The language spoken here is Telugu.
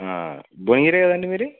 భువనగిరే కదండి మీది